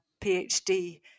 PhD